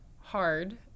hard